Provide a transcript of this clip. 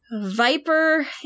viper